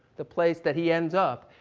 the place that he ends up,